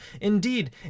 Indeed